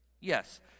Yes